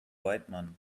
weidman